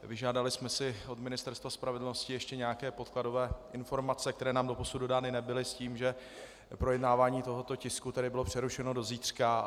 Vyžádali jsme si od Ministerstva spravedlnosti ještě nějaké podkladové informace, které nám doposud dodány nebyly, s tím, že projednávání tohoto tisku tedy bylo přerušeno do zítřka.